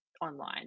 online